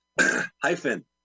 hyphen